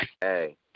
Hey